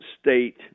state